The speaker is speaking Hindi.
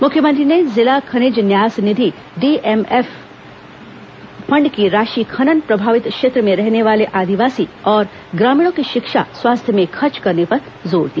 मुख्यमंत्री ने जिला खनिज न्यास निधि डीएमएफ फंड की राशि खनन प्रभावित क्षेत्र में रहने वाले आदिवासी और ग्रामीणों की शिक्षा स्वास्थ्य में खर्च करने पर जोर दिया